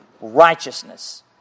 righteousness